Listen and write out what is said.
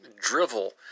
drivel